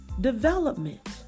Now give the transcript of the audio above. development